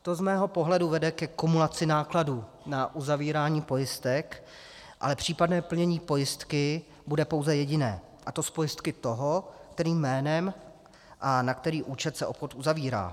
To z mého pohledu vede ke kumulaci nákladů na uzavírání pojistek, ale případné plnění pojistky bude pouze jediné, a to z pojistky toho, kterým jménem a na který účet se obchod uzavírá.